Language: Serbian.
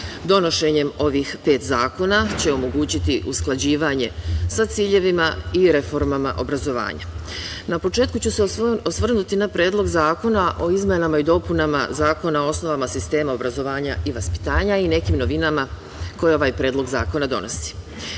Donošenjem ovih pet zakona će omogućiti usklađivanje sa ciljevima i reformama obrazovanja. Na početku ću se osvrnuti na Predlog zakona o izmenama i dopunama Zakona o osnovama sistema obrazovanja i vaspitanja i nekim novinama koje ovaj Predlog zakona donosi. Jedna